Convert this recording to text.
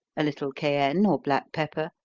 a little cayenne, or black pepper,